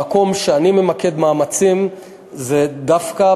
המקום שבו אני ממקד מאמצים זה דווקא